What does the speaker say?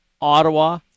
Ottawa